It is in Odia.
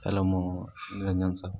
ହ୍ୟାଲୋ ମୁଁ ଞ୍ଜାମ ସାର୍